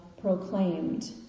proclaimed